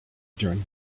during